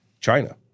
China